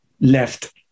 left